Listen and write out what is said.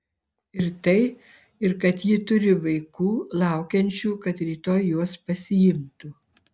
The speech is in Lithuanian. ir tai ir kad ji turi vaikų laukiančių kad rytoj juos pasiimtų